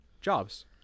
Jobs